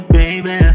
baby